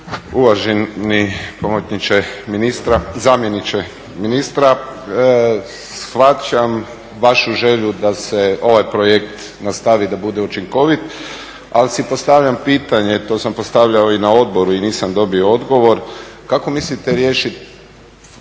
Uvaženi pomoćniče ministra, zamjeniče ministra, shvaćam vašu želju da se ovaj projekt nastavi da bude učinkovit, ali si postavljam pitanje, to sam postavljao i na odboru i nisam dobio odgovor, kako mislite riješiti